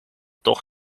toch